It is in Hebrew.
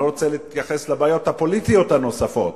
אני לא רוצה להתייחס לבעיות הפוליטיות הנוספות